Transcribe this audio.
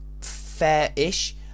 fair-ish